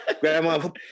Grandma